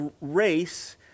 race